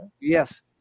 Yes